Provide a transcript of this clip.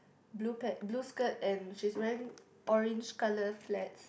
blue pad blue skirt and she's wearing orange colour flats